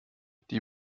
die